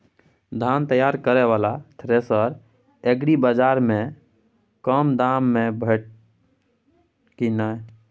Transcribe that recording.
धान तैयार करय वाला थ्रेसर एग्रीबाजार में कम दाम में भेटत की नय?